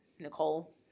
Nicole